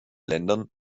ländern